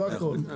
זה הכול.